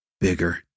bigger